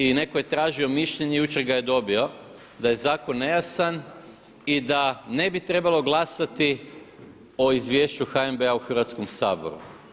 I netko je tražio mišljenje, jučer ga je dobio da je zakon nejasan i da ne bi trebalo glasati o izvješću HNB-a u Hrvatskom saboru.